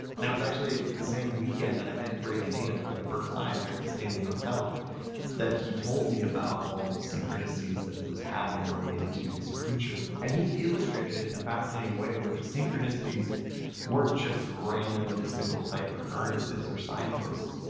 was actually the same weekend that i met greg and dana for the first time there at the stanley hotel that he told me about all these synchronicities that he was having related to this creature. and he illustrated it in a fascinating way, where these synchronicities weren't just random, mystical-type occurrences or sign-posts.